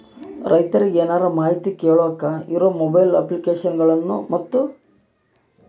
ರೈತರಿಗೆ ಏನರ ಮಾಹಿತಿ ಕೇಳೋಕೆ ಇರೋ ಮೊಬೈಲ್ ಅಪ್ಲಿಕೇಶನ್ ಗಳನ್ನು ಮತ್ತು?